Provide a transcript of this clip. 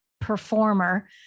performer